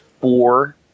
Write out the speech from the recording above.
four